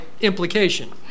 implication